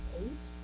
eight